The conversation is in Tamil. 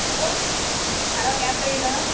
ஹலோ ஹலோ கேப் டிரைவரா